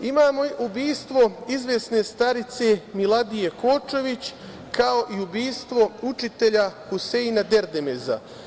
Imamo ubistvo izvesne starice Miladije Kočović, kao i ubistvo učitelja Huseina Derdemeza.